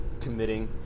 committing